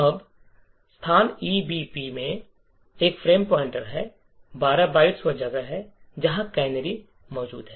अब स्थान ईबीपी में यह एक फ्रेम पॉइंटर है 12 बाइट वह जगह है जहां कैनरी स्थान मौजूद है